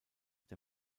der